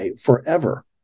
forever